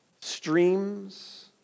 Streams